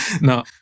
no